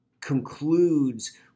concludes